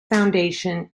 foundation